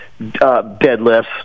Deadlifts